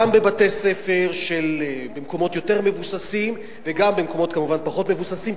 גם בבתי-ספר במקומות יותר מבוססים וגם כמובן במקומות פחות מבוססים,